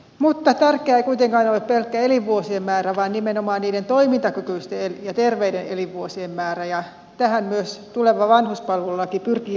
mutta tärkeää ei kuitenkaan ole pelkkä elinvuosien määrä vaan nimenomaan niiden toimintakykyisten ja terveiden elinvuosien määrä ja tähän myös tuleva vanhuspalvelulaki pyrkii vaikuttamaan